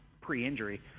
pre-injury